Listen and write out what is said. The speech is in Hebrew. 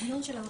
אוקיי.